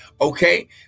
okay